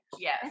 yes